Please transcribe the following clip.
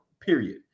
period